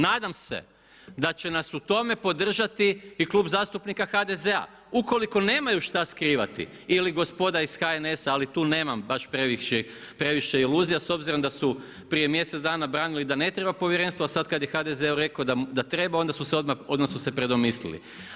Nadam se da će nas u tome podržati i Klub zastupnika HDZ-a ukoliko nemaju šta skrivati ili gospoda iz HNS-a, ali tu nemam baš previše iluzija s obzirom da su prije mjesec dana branili da ne treba povjerenstvo, a sad kad je HDZ rekao da treba onda su se, odmah su se predomislili.